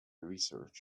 research